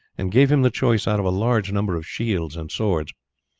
and gave him the choice out of a large number of shields and swords.